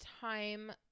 time